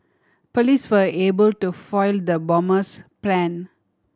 police for able to foil the bomber's plan